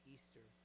Easter